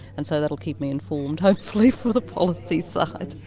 and so that will keep me informed hopefully for the policy side.